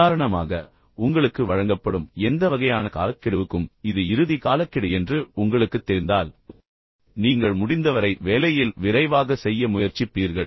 உதாரணமாக உங்களுக்கு வழங்கப்படும் எந்த வகையான கால கெடுவுக்கும் இது இறுதி காலக்கெடு என்று உங்களுக்குத் தெரிந்தால் எனவே நீங்கள் முடிந்தவரை வேலையில் விரைவாக செய்ய முயற்சிப்பீர்கள்